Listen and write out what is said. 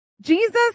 Jesus